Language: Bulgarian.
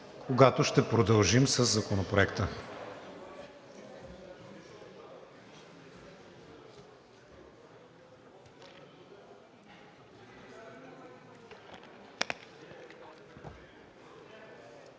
когато ще продължим със Законопроекта.